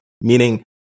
Meaning